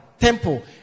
temple